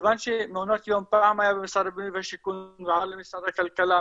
מכיוון שמעונות יום פעם היה במשרד הבינוי והשיכון ועבר למשרד הכלכלה,